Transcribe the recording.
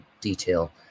detail